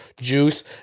juice